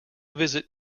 visit